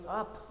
up